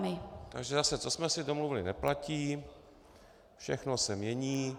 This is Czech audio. Takže zase, co jsme si domluvili, neplatí, všechno se mění.